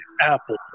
Apple